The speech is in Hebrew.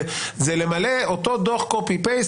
זה למלא אותו דוח "העתק הדבק".